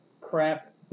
crap